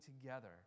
together